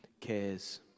cares